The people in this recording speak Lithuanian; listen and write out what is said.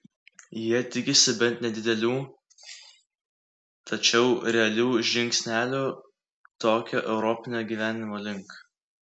jie tikisi bent nedidelių tačiau realių žingsnelių tokio europinio gyvenimo link